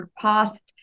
past